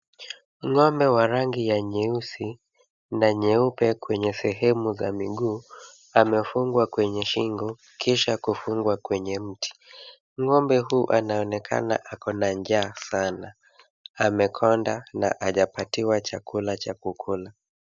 Ng'ombe wa rangi ya nyeusi na nyeupe kwenye sehemu za miguu, amefungwa kwenye shingo, kisha kufungwa kwenye mti. Ng'ombe huyu anaonekana ako na njaa. Amekonda na hajapatiwa chakula cha kukula.